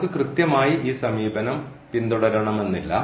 നമുക്ക് കൃത്യമായി ഈ സമീപനം പിന്തുടരണമെന്ന് ഇല്ല